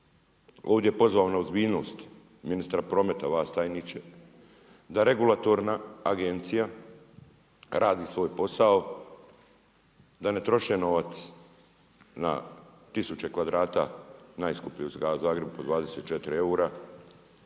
ovdje pozvao na ozbiljnost ministra prometa, i vas tajniče da regulatorna agenicija radi svoj posao, da ne troše novac na 1000 kvadrata, najskuplje u gradu Zagrebu, po 24 eura,